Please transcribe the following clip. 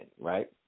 right